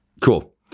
Cool